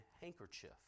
handkerchief